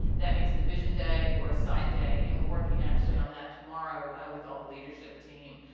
that means a division day or a site day and we're working actually on that tomorrow with all the leadership team.